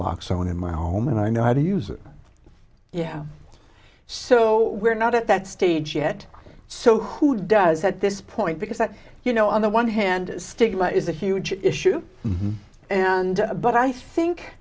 locks i want in my home and i know how to use it yeah so we're not at that stage yet so who does at this point because that you know on the one hand stigma is a huge issue and but i think